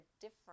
different